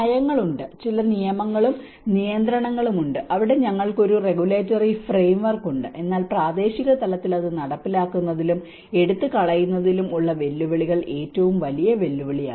നയങ്ങളുണ്ട് ചില നിയമങ്ങളും നിയന്ത്രണങ്ങളും ഉണ്ട് അവിടെ ഞങ്ങൾക്ക് ഒരു റെഗുലേറ്ററി ഫ്രെയിംവർക്ക് ഉണ്ട് എന്നാൽ പ്രാദേശിക തലത്തിൽ അത് നടപ്പിലാക്കുന്നതിലും എടുത്തുകളയുന്നതിലും ഉള്ള വെല്ലുവിളികൾ ഏറ്റവും വലിയ വെല്ലുവിളിയാണ്